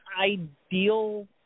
ideal